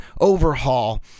overhaul